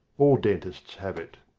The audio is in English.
all dentists have it.